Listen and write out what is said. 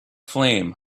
flame